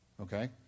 Okay